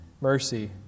mercy